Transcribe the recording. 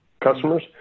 customers